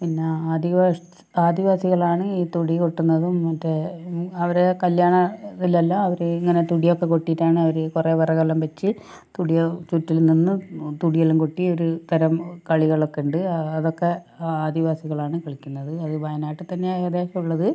പിന്നെ ആദിവാസികളാണ് ഈ തുടികൊട്ടുന്നതും മറ്റേ അവരെ കല്ല്യാണ ഇതിലെല്ലാം അവർ ഇങ്ങനെ തുടിയൊക്കെ കൊട്ടിയിട്ടാണ് അവർ കുറേ വിറകെല്ലാം വച്ച് ചുറ്റിലും നിന്ന് തുടിയെല്ലാം കൊട്ടി ഒരു തരം കളികളൊക്കെയുണ്ട് അതൊക്കെ ആദിവാസികളാണ് കളിക്കുന്നത് അത് വായനാട്ടിൽ തന്നെയാണ് ഏകദേശം ഉള്ളത്